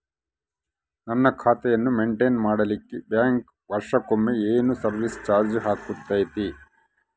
ನನ್ನ ಖಾತೆಯನ್ನು ಮೆಂಟೇನ್ ಮಾಡಿಲಿಕ್ಕೆ ಬ್ಯಾಂಕ್ ವರ್ಷಕೊಮ್ಮೆ ಏನು ಸರ್ವೇಸ್ ಚಾರ್ಜು ಹಾಕತೈತಿ?